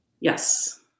yes